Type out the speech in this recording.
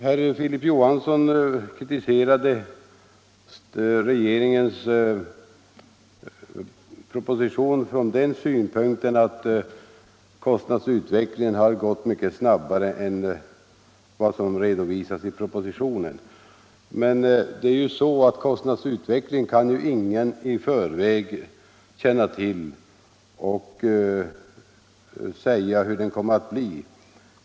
Herr Johansson i Holmgården kritiserade regeringens proposition från den synpunkten att kostnadsutvecklingen har gått mycket snabbare än vad som redovisas i propositionen. Men kostnadsutvecklingen kan ju ingen i förväg känna till och säga hur den kommer att bli.